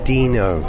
Dino